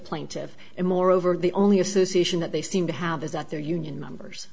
plaintive and moreover the only association that they seem to have is that their union members